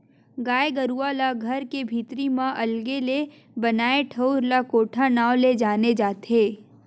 गाय गरुवा ला घर के भीतरी म अलगे ले बनाए ठउर ला कोठा नांव ले जाने जाथे